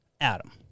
Adam